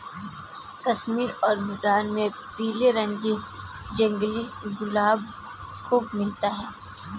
कश्मीर और भूटान में पीले रंग के जंगली गुलाब खूब मिलते हैं